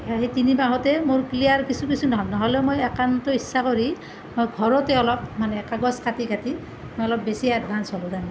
সেই তিনিমাহতে মোৰ ক্লিয়াৰ কিছু কিছু নহ'ল নহ'লেও মই একন্ত ইচ্ছা কৰি মই ঘৰতে অলপ মানে কাগজ কাটি কাটি মই অলপ বেছি এডভাঞ্চ হ'লোঁ তাৰমানে